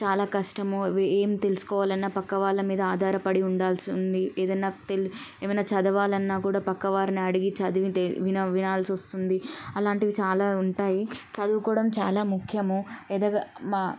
చాలా కష్టము ఏం తెలుసుకోవాలన్నా పక్కవాళ్ళ మీద ఆధారపడి ఉండాల్సి ఉంది ఏదన్నా తె ఏమన్నా చదవాలన్నా కూడా పక్కవారిని అడిగి చదివి తె వినా వినాల్సొస్తుంది అలాంటివి చాలా ఉంటాయి చదువుకోవడం చాలా ముఖ్యము ఎదగ మా